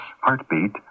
Heartbeat